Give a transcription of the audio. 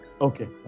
Okay